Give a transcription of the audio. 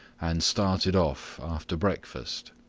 and started off after breakfast.